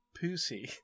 pussy